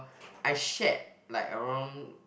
I shared like around